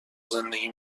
زندگی